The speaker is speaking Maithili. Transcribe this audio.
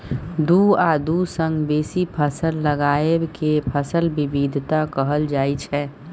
दु आ दु सँ बेसी फसल लगाएब केँ फसल बिबिधता कहल जाइ छै